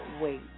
wait